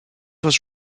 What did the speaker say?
was